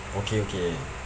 okay okay